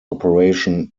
operation